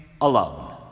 alone